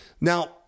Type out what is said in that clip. Now